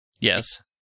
Yes